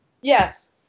Yes